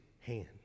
hand